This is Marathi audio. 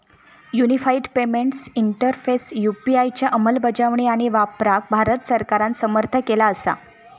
युनिफाइड पेमेंट्स इंटरफेस यू.पी.आय च्या अंमलबजावणी आणि वापराक भारत सरकारान समर्थन केला असा